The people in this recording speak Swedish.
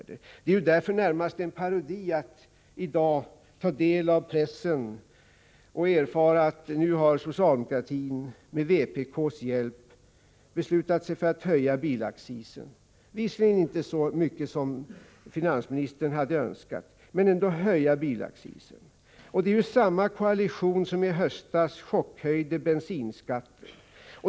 Det är därför närmast en parodi att i dag ta del av pressen och erfara att socialdemokratin nu med vpk:s hjälp har beslutat sig för att höja bilaccisen — visserligen inte så mycket som finansministern hade önskat men ändå höja den. Det är samma koalition som i höstas chockhöjde bensinskatten.